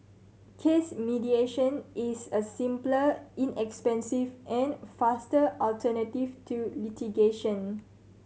case mediation is a simpler inexpensive and faster alternative to litigation